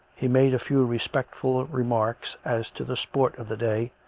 he made a few respectful remarks as to the sport of the day,